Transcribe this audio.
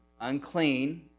unclean